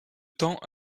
temps